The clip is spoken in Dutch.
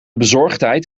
bezorgtijd